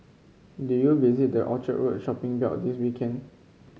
did you visit the Orchard Road shopping belt this weekend